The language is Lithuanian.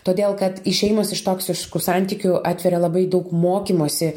todėl kad išėjimas iš toksiškų santykių atveria labai daug mokymosi